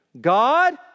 God